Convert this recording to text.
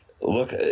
look